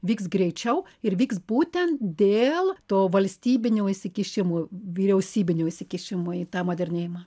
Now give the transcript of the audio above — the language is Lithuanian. vyks greičiau ir vyks būtent dėl to valstybinio įsikišimo vyriausybinio įsikišimo į tą modernėjimą